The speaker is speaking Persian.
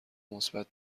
مثبت